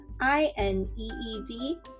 I-N-E-E-D